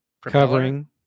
Covering